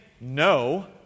no